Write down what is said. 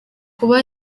kuba